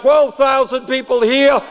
twelve thousand people here